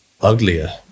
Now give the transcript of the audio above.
uglier